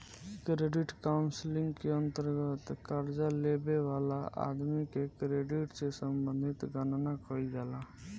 credit counselling के अंतर्गत कर्जा लेबे वाला आदमी के क्रेडिट से संबंधित गणना कईल जाला